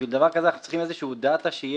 בשביל דבר כזה אנחנו צריכים דאטה שיהיה